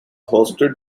hosted